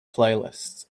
playlist